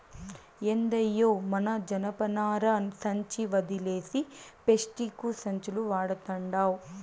ఏందయ్యో మన జనపనార సంచి ఒదిలేసి పేస్టిక్కు సంచులు వడతండావ్